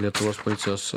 lietuvos policijos